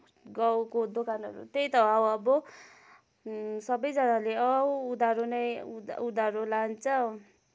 गाउँको दोकानहरू त्यही त हो अब सबैजनाले उधारो नै उधारो लान्छ